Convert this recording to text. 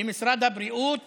במשרד הבריאות